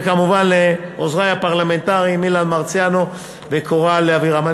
וכמובן לעוזרי הפרלמנטריים אילן מרסיאנו וקורל אבירם.